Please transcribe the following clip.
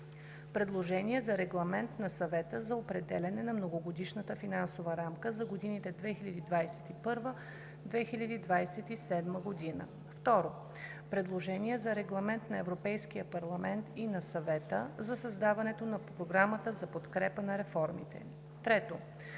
Предложение за Регламент на Съвета за определяне на Многогодишната финансова рамка за годините 2021 – 2027 г. 2. Предложение за Регламент на Европейския парламент и на Съвета за създаването на Програмата за подкрепа на реформите. 3.